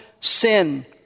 sin